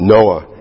Noah